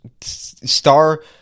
star